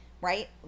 right